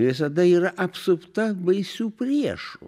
visada yra apsupta baisių priešų